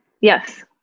Yes